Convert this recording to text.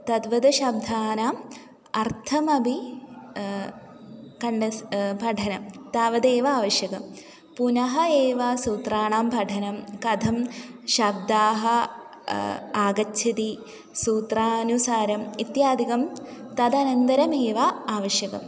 तद्वद् शब्दानाम् अर्थमपि खण्डस् पठनं तावदेव आवश्यकं पुनः एव सूत्राणां पठनं कथं शब्दाः आगच्छन्ति सूत्रानुसारम् इत्यादिकं तदनन्तरमेव आवश्यकम्